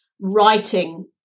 writing